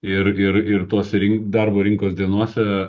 ir ir ir tos rink darbo rinkos dienose